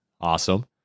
Awesome